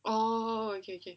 oh okay okay